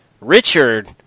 Richard